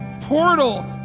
portal